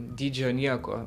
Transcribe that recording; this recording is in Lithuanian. dydžio nieko